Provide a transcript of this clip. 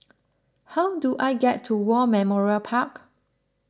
how do I get to War Memorial Park